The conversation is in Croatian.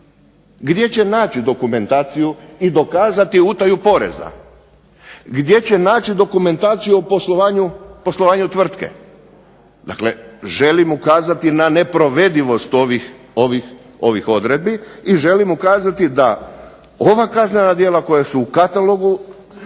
Gdje će naći dokumentaciju i dokazati utaju poreza? Gdje će naći dokumentaciju o poslovanju tvrtke? Dakle, želim ukazati na neprovedivost ovih odredbi i želim ukazati da ova kaznena djela koja su u katalogu